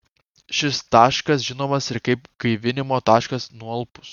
šis taškas žinomas ir kaip gaivinimo taškas nualpus